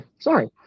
Sorry